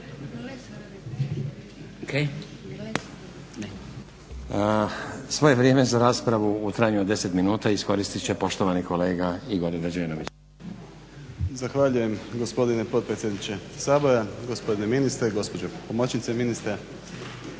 Svoje vrijeme za raspravu u trajanju od 10 minuta iskoristit će poštovani kolega Igor Rađenović. **Rađenović, Igor (SDP)** Zahvaljujem gospodine potpredsjedniče Sabora. Gospodine ministre, gospođo pomoćnice ministra.